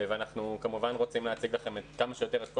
אנחנו כמובן רוצים להציג לכם כמה שיותר את כל